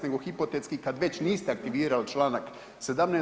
Nego hipotetski kad već niste aktivirali članak 17.